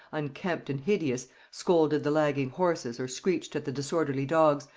unkempt and hideous scolded the lagging horses or screeched at the disorderly dogs,